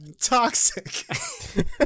toxic